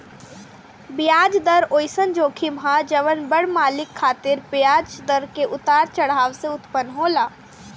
ब्याज दर ओइसन जोखिम ह जवन बड़ मालिक खातिर ब्याज दर के उतार चढ़ाव से उत्पन्न होला